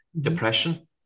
depression